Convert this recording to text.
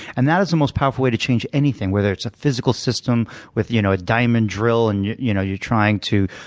and that is the most powerful way to change anything, whether it's a physical system with you know a diamond drill and you're you know you're trying to